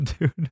dude